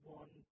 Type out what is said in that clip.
one